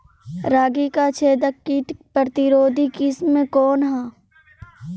रागी क छेदक किट प्रतिरोधी किस्म कौन ह?